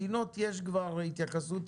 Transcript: מדינות יש כבר התייחסות,